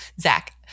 Zach